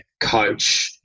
coach